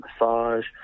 massage